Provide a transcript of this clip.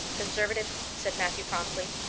conservative, said matthew promptly.